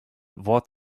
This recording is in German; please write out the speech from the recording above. wort